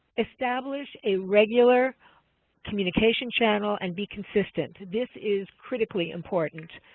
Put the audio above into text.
establish a regular communication channel and be consistent. this is critically important.